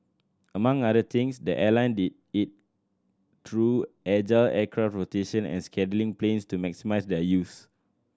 among other things the airline did it through agile aircraft rotation and planes to maximise their use